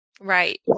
Right